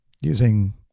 using